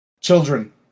Children